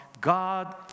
God